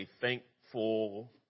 thankful